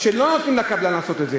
לא נותנים לקבלן לעשות את זה.